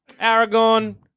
Aragon